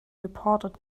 reported